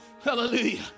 Hallelujah